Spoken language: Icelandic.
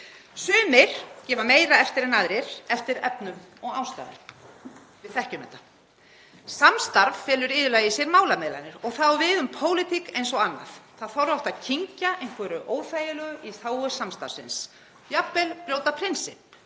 Sumir gefa meira eftir en aðrir eftir efnum og ástæðum. Við þekkjum þetta. Samstarf felur iðulega í sér málamiðlanir og það á við um pólitík eins og annað. Það þarf oft að kyngja einhverju óþægilegu í þágu samstarfsins, jafnvel brjóta prinsipp